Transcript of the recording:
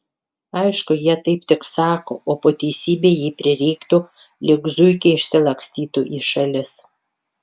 aišku jie taip tik sako o po teisybei jei prireiktų lyg zuikiai išsilakstytų į šalis